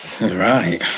Right